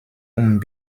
und